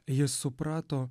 jis suprato